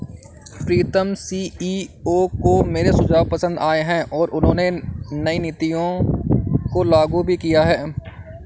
प्रीतम CEO को मेरे सुझाव पसंद आए हैं और उन्होंने नई नीतियों को लागू भी किया हैं